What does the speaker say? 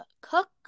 cook